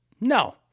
No